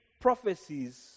prophecies